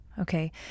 okay